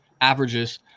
averages